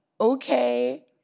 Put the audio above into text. Okay